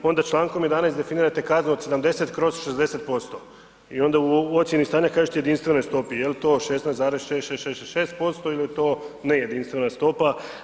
Onda Člankom 11. definirate kaznu od 70/60% i onda u ocijeni stanja kažete jedinstvenoj stopi jel to 16,6666% ili je to nejedinstvena stopa?